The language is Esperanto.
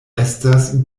estas